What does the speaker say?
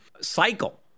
cycle